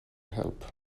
help